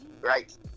right